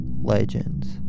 legends